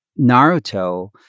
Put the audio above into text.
Naruto